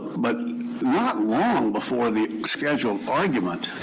but not long before the scheduled argument,